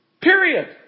Period